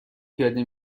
پیاده